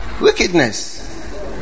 Wickedness